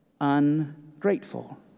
ungrateful